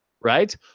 right